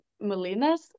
melina's